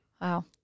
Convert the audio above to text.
Wow